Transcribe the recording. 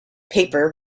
paper